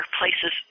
places